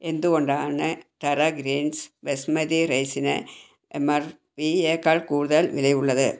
എന്തുകൊണ്ടാണ് Terra Greens basmati റൈസിന് M R പിയേക്കാൾ കൂടുതൽ വിലയുള്ളത്